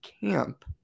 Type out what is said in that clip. camp